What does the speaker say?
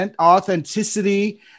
authenticity